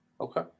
Okay